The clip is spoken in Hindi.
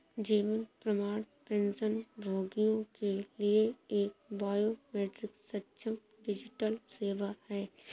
जीवन प्रमाण पेंशनभोगियों के लिए एक बायोमेट्रिक सक्षम डिजिटल सेवा है